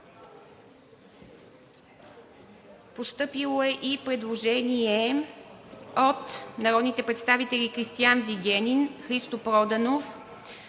Постъпило е предложение от народните представители Кристиан Вигенин и Христо Проданов.